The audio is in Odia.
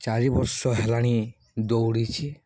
ଚାରି ବର୍ଷ ହେଲାଣି ଦୌଡ଼ିଛି